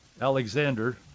Alexander